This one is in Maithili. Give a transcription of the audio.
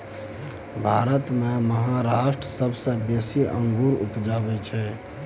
भारत मे महाराष्ट्र सबसँ बेसी अंगुर उपजाबै छै